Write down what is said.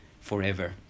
forever